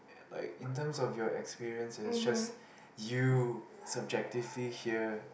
like in terms of your experiences just you subjectively hear